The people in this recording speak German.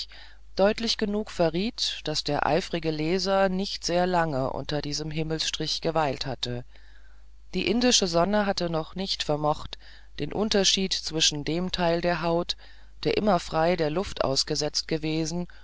deutlich genug verriet daß der eifrige leser nicht sehr lange unter diesem himmelsstrich geweilt hatte die indische sonne hatte noch nicht vermocht den unterschied zwischen dem teil der haut der immer frei der luft ausgesetzt gewesen